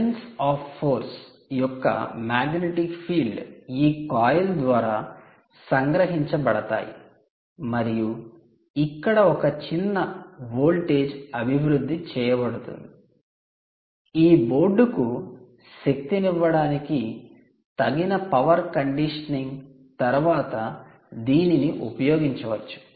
lines of force యొక్క magnetic field ఈ coil ద్వారా సంగ్రహించబడతాయి మరియు ఇక్కడ ఒక చిన్న వోల్టేజ్ అభివృద్ధి చేయబడుతుంది ఈ బోర్డ్కు శక్తినివ్వడానికి తగిన పవర్ కండిషనింగ్ తర్వాత దీనిని ఉపయోగించవచ్చు